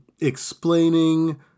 explaining